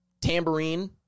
tambourine